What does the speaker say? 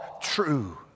true